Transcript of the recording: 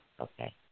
Okay